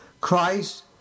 Christ